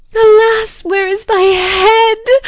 alas, where is thy head?